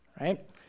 right